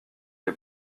les